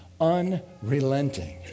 unrelenting